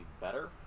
better